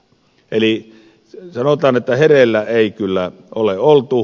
eli sanotaan että hereillä ei kyllä ole oltu